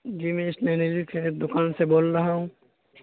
جی میں اسنیرری سے دکان سے بول رہا ہوں